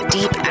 Deep